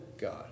God